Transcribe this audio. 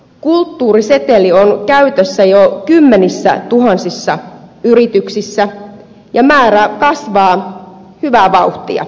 kulttuuriseteli on käytössä jo kymmenissätuhansissa yrityksissä ja määrä kasvaa hyvää vauhtia